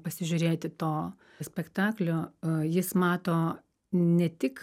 pasižiūrėti to spektaklio jis mato ne tik